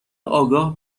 آگاه